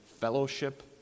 Fellowship